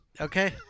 Okay